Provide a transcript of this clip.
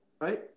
right